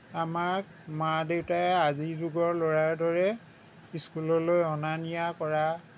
আমাক মা দেউতাই আজিৰ যুগৰ ল'ৰাৰ দৰে স্কুললৈ অনা নিয়া কৰা